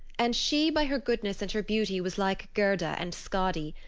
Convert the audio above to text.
and she by her goodness and her beauty was like gerda and skadi,